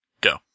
go